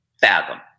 fathom